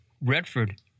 Redford